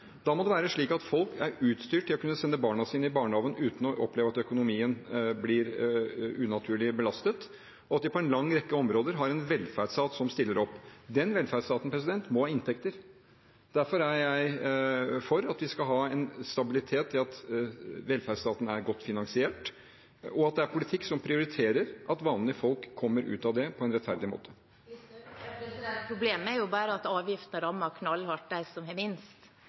Da må det være slik at folk er utstyrt til å kunne sende barna sine i barnehagen uten å oppleve at økonomien blir unaturlig belastet, og at vi på en lang rekke områder har en velferdsstat som stiller opp. Den velferdsstaten må ha inntekter. Derfor er jeg for at vi skal ha en stabilitet ved at velferdsstaten er godt finansiert, og at det er politikk som prioriterer at vanlige folk kommer ut av det på en rettferdig måte. Det blir oppfølgingsspørsmål – først Sylvi Listhaug. Problemet er bare at avgifter rammer dem som har minst,